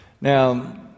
Now